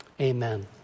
amen